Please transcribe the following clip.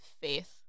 faith